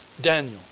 Daniel